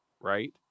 right